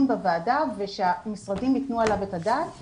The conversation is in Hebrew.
בוועדה ושהמשרדים ייתנו עליו את הדעת,